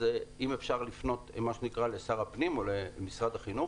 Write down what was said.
אם אפשר לפנות לשר הפנים או למשרד החינוך.